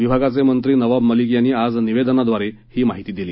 विभागाचे मंत्री नवाब मलिक यांनी आज निवेदनाद्वारे ही माहिती दिली